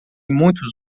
muitos